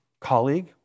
colleague